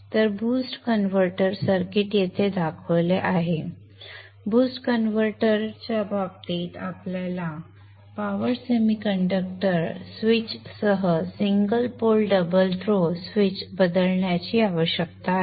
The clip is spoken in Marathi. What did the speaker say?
तर बूस्ट कन्व्हर्टर सर्किट येथे दाखवले आहे बूस्ट कन्व्हर्टर टूच्या बाबतीत आपल्याला पॉवर सेमीकंडक्टर स्विचसह single pole double throw switch बदलण्याची आवश्यकता आहे